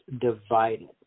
divided